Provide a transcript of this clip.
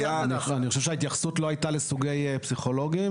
אני חושב שההתייחסות לא הייתה לסוגי פסיכולוגים,